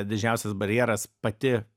didžiausias barjeras pati